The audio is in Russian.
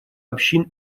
общин